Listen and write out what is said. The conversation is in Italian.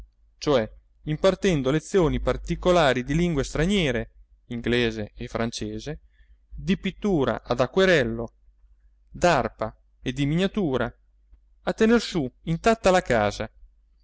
cioè impartendo lezioni particolari di lingue straniere inglese e francese di pittura ad acquerello d'arpa e di miniatura a tener su intatta la casa